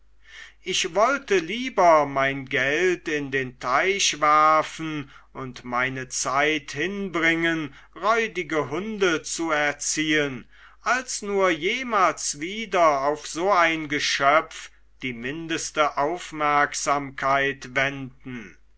ich wollte lieber mein geld in den teich werfen und meine zeit hinbringen räudige hunde zu erziehen als nur jemals wieder auf so ein geschöpf die mindeste aufmerksamkeit wenden